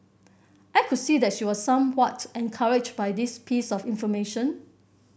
I could see that she was somewhat encouraged by this piece of information